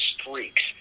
streaks